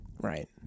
Right